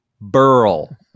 burl